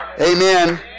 Amen